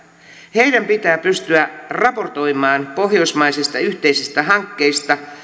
heidän pitää pystyä raportoimaan pohjoismaisista yhteisistä hankkeista